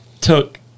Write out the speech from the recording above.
took